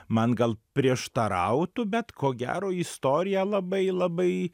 man gal prieštarautų bet ko gero istorija labai labai